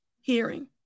hearing